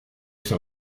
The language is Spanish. este